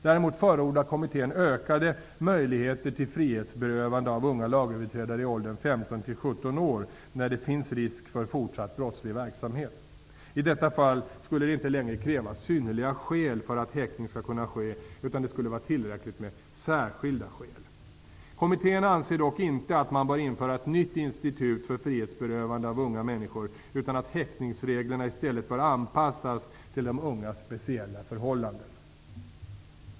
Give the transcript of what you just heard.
Däremot förordar kommittén ökade möjligheter till frihetsberövande av unga lagöverträdare i åldern 15--17 år när det finns risk för fortsatt brottslig verksamhet; i detta fall skulle det inte längre krävas ''synnerliga skäl'' för att häktning skall kunna ske, utan det skulle vara tillräckligt med ''särskilda skäl''. Kommittén anser dock inte att man bör införa ett nytt institut för frihetsberövande av unga människor, utan att häktningsreglerna i stället bör anpassas till de ungas speciella förhållanden.